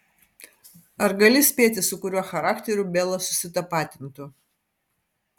ar gali spėti su kuriuo charakteriu bela susitapatintų